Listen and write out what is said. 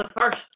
first